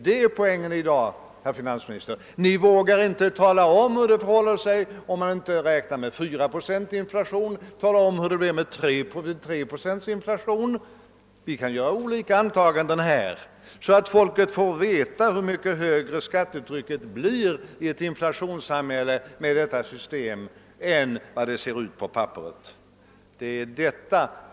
Det är poängen i dag, herr finansminister, att Ni inte vågar tala om hur det förhåller sig. Om Ni inte vill räkna med 4 procents inflation, tala då om hur det blir med 3 procents inflation! Vi kan göra olika antaganden, så att folk får en föreställning om hur mycket högre skattetrycket blir i ett inflationssamhälle än vad det ser ut på papperet.